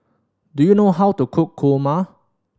do you know how to cook kurma